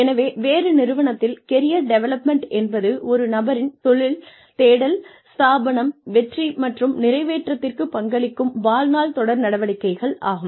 எனவே வேறு நிறுவனத்தில் கெரியர் டெவலப்மென்ட் என்பது ஒரு நபரின் தொழில் தேடல் ஸ்தாபனம் வெற்றி மற்றும் நிறைவேற்றத்திற்கு பங்களிக்கும் வாழ்நாள் தொடர் நடவடிக்கைகள் ஆகும்